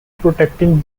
protecting